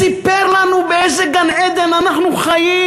וסיפר לנו באיזה גן-עדן אנחנו חיים.